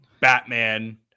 Batman